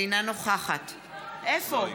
אינה נוכחת היא פה.